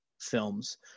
films